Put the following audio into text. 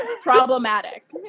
Problematic